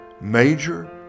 Major